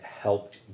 helped